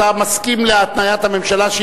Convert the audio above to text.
אתה מסכים להתניית הממשלה,